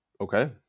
okay